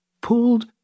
Pulled